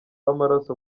w’amaraso